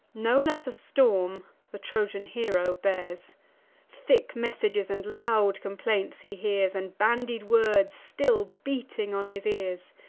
no less a storm the trojan hero bears thick messages and loud complaints he hears, and bandied words, still beating on his ears.